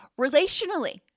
Relationally